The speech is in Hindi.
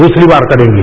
दूसरी बार करेंगे